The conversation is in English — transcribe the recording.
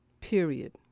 period